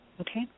Okay